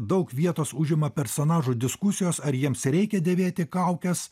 daug vietos užima personažų diskusijos ar jiems reikia dėvėti kaukes